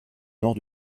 nord